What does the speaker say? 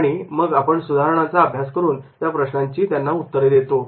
आणि मग आपण सुधारणा चा अभ्यास करून या चार प्रश्नांची त्यांना उत्तरे देतो